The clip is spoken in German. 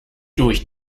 durch